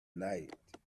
night